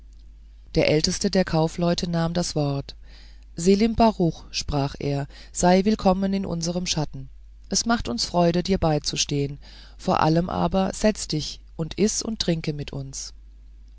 der älteste der kaufleute nahm das wort selim baruch sprach er sei willkommen in unserem schatten es macht uns freude dir beizustehen vor allem aber setze dich und iß und trinke mit uns